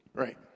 Right